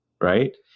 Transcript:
Right